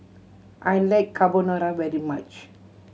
I like Carbonara very much